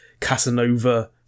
Casanova